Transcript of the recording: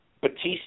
Batista